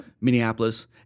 Minneapolis